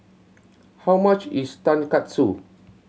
how much is Tonkatsu